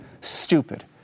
stupid